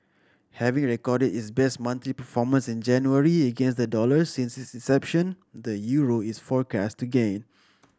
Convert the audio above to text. having recorded its best monthly performance in January against the dollar since its inception the euro is forecast to gain